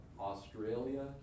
Australia